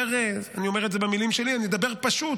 אני אומר את זה במילים שלי: אני אדבר פשוט,